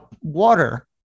water